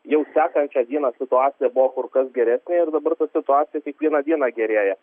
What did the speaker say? jau sekančią dieną situacija buvo kur kas geresnė ir dabar ta situacija kiekvieną dieną gerėja